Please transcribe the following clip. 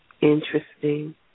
Interesting